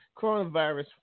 Coronavirus